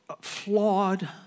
Flawed